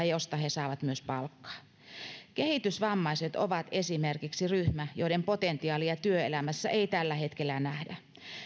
joista he saavat myös palkkaa esimerkiksi kehitysvammaiset ovat ryhmä joiden potentiaalia työelämässä ei tällä hetkellä nähdä